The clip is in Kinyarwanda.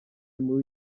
muri